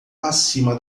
acima